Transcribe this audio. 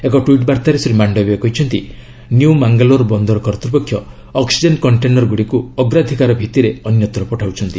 ଏକ ଟ୍ପିଟ୍ ବାର୍ତ୍ତାରେ ଶ୍ରୀ ମାଣ୍ଡବୀୟ କହିଛନ୍ତି ନ୍ୟୁ ମାଙ୍ଗାଲୋର ବନ୍ଦର କର୍ତ୍ତୃପକ୍ଷ ଅକ୍ସିଜେନ୍ କଣ୍ଟେନର ଗୁଡ଼ିକୁ ଅଗ୍ରାଧିକାର ଭିଭିରେ ଅନ୍ୟତ୍ର ପଠାଉଛନ୍ତି